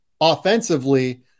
offensively